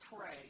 pray